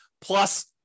Plus